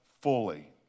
fully